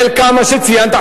חלקם מה שציינת,